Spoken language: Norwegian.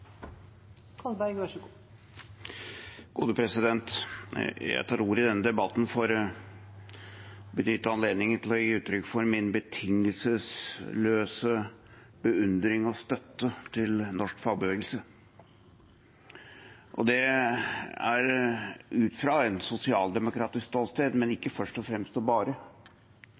Jeg tar ordet i denne debatten for å benytte anledningen til å gi uttrykk for min betingelsesløse beundring og støtte til norsk fagbevegelse. Det er ut fra et sosialdemokratisk ståsted, men ikke først og fremst og bare